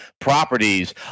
properties